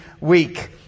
week